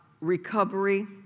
recovery